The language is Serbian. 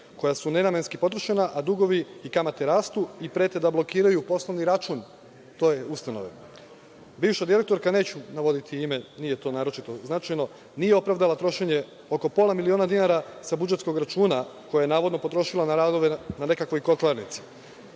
koja su nenamenski potrošena, a dugovi i kamate rastu i prete da blokiraju poslovni račun toj ustanovi. Bivša direktorka, neću navoditi ime, nije to naročito značajno, nije opravdala trošenje oko pola miliona dinara sa budžetskog računa koje je navodno potrošila na radove na nekakvoj kotlarnici. Pored